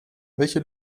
welche